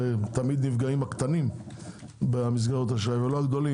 הרי תמיד נפגעים הקטנים במסגרות האשראי ולא הגדולים,